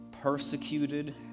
persecuted